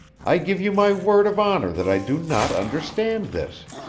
i give you my word of honor that i do not understand this.